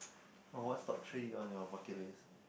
oh what's top three on your bucket list